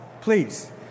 please